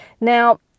now